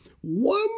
one